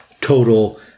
total